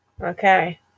Okay